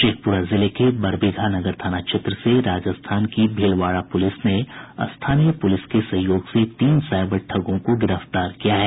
शेखपुरा जिले के बरबीघा नगर थाना क्षेत्र से राजस्थान की भीलवाड़ा पुलिस ने स्थानीय पुलिस के सहयोग से तीन साईबर ठगों को गिरफ्तार किया है